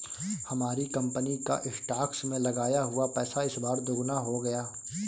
हमारी कंपनी का स्टॉक्स में लगाया हुआ पैसा इस बार दोगुना हो गया